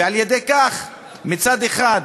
ועל-ידי כך, מצד אחד,